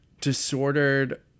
disordered